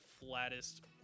flattest